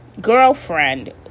girlfriend